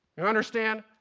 you understand?